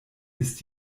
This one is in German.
ist